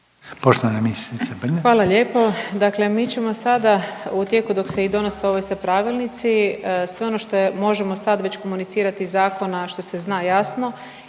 **Brnjac, Nikolina (HDZ)** Hvala lijepo. Dakle, mi ćemo sada u tijeku dok se i donose ovi svi pravilnici sve ono što možemo već sad komunicirati zakona što se zna jasno